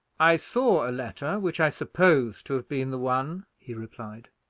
i saw a letter which i suppose to have been the one, he replied.